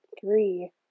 three